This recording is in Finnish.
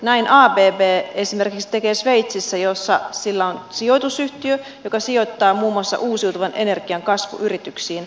näin abb esimerkiksi tekee sveitsissä jossa sillä on sijoitusyhtiö joka sijoittaa muun muassa uusiutuvan energian kasvuyrityksiin